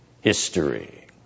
history